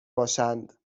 باشند